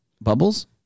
Bubbles